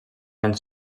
els